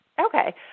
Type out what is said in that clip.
Okay